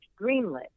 greenlit